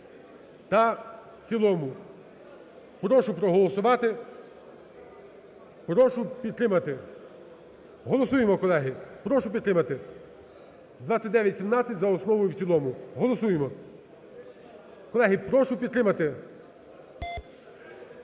та в цілому. Прошу проголосувати. Прошу підтримати. Голосуємо, колеги! Прошу підтримати. 2917 за основу і в цілому. Голосуємо! Колеги, прошу підтримати.